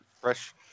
fresh